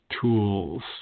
tools